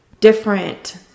different